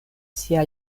sia